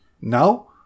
Now